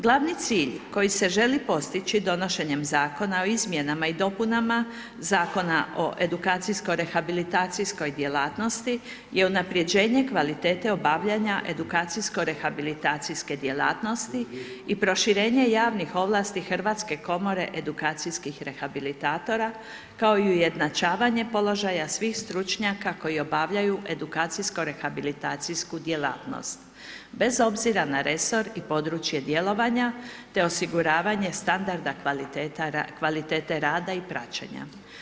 Glavni cilj koji se želi postići donošenjem Zakona o izmjenama i dopunama Zakona o edukacijsko-rehabilitacijskoj djelatnosti, je unapređenje kvalitete obavljanja edukacijsko-rehabilitacijske djelatnosti i proširenje javnih ovlasti Hrvatske komore edukacijskih rehabilitatora, kao i ujednačavanje položaja svih stručnjaka koji obavljaju edukacijsko-rehabilitacijsku djelatnost, bez obzira na resor i područje djelovanja, te osiguravanje standarda kvalitete rada i praćenja.